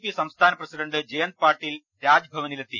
P സംസ്ഥാന president Jayant Patil രാജ്ഭ വനിലെത്തി